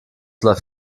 läuft